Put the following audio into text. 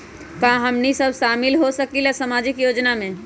का हमनी साब शामिल होसकीला सामाजिक योजना मे?